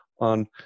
on